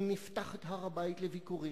אם נפתח את הר-הבית לביקורים.